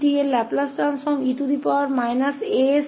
तो 𝑔𝑡 का Laplace transform और कुछ नहीं बल्कि eas𝑓 है